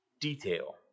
detail